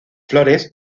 flores